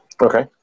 okay